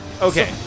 Okay